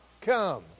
come